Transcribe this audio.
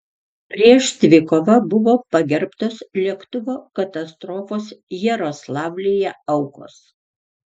prieš dvikovą buvo pagerbtos lėktuvo katastrofos jaroslavlyje aukos